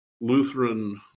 Lutheran